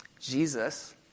Jesus